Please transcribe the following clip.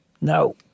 No